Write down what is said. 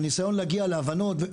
מהניסיון להגיע להבנות,